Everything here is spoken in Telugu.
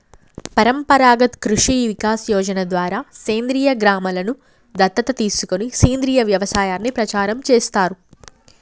పరంపరాగత్ కృషి వికాస్ యోజన ద్వారా సేంద్రీయ గ్రామలను దత్తత తీసుకొని సేంద్రీయ వ్యవసాయాన్ని ప్రచారం చేస్తారు